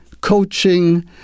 coaching